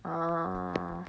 orh